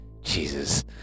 Jesus